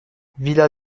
villa